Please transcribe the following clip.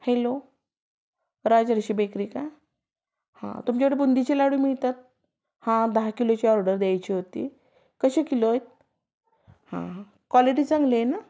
hello Rajarshi bakery का हां तुमच्याकडं बुंदीचे लाडू मिळतात हां दहा किलोची ऑर्डर द्यायची होती कसे किलो आहेत हा क्वालिटी चांगली आहे ना